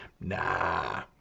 Nah